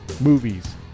movies